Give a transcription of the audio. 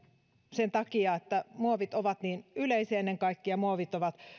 sen takia että muovit ovat niin yleisiä ja ennen kaikkea muovit ovat